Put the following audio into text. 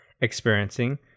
experiencing